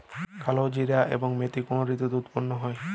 কালোজিরা এবং মেথি কোন ঋতুতে উৎপন্ন হয়?